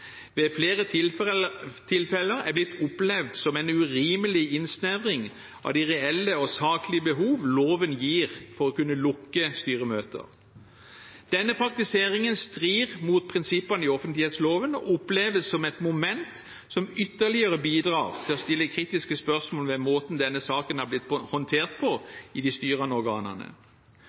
ved flere tilfeller er blitt opplevd som en urimelig innsnevring av de reelle og saklige behovene loven gir for å kunne lukke styremøter. Denne praktiseringen strider mot prinsippene i offentlighetsloven og oppleves som et moment som ytterligere bidrar til å stille kritiske spørsmål ved måten denne saken er blitt håndtert på